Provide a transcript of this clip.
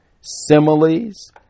similes